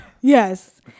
yes